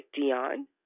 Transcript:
Dion